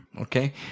Okay